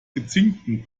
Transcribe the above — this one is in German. gezinkten